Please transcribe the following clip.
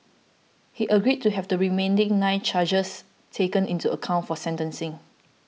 he agreed to have the remaining nine charges taken into account for sentencing